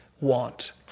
want